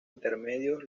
intermedios